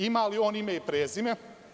Ima li on ime i prezime?